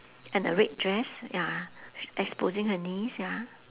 and a red dress ya exposing her knees ya